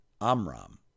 Amram